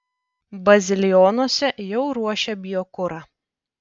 bazilionuose jau ruošia biokurą